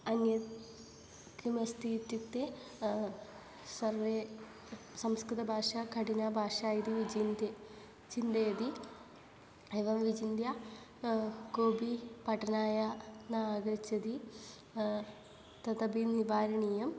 अन्यद् किमस्ति इत्युक्ते सर्वे संस्कृतभाषा कठिना भाषा इति विचिन्त्य चिन्तयन्ति एवं विचिन्त्य कोपि पठनाय न आगच्छति तदपि निवारणीयम्